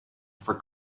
for